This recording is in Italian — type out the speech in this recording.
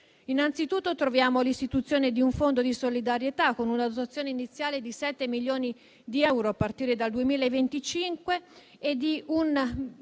Anzitutto, è prevista l'istituzione di un fondo di solidarietà, con una dotazione iniziale di sette milioni di euro a partire dal 2025 e 1,5